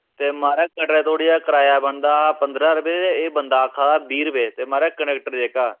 ते महाराज कटरे धोड़ी दा कराया बनदा हा पदरां रपेऽ ते एह् बंदा आक्खा दा बीह् रपेऽ ते महाराज कंडैक्टर जेह्का